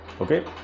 okay